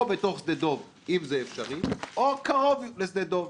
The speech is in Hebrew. בתוך שדה דב אם זה אפשרי או קרוב לשדה דב,